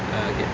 ah okay